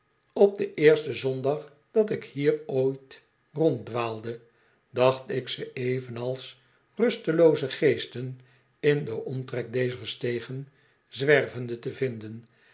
op den eersten zondag dat ik hier ooit ronddwaalde dacht ik ze evenals rustelooze geesten in den omtrek dezer stegen zwervende te vinden